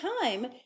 time